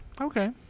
Okay